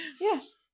Yes